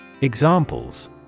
Examples